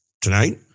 tonight